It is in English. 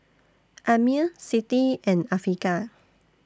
Ammir Siti and Afiqah